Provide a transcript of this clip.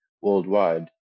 worldwide